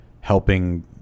helping